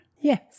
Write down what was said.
Yes